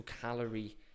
calorie